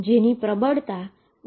જેની પ્રબળતા V0L2 છે